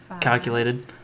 calculated